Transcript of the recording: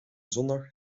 zondag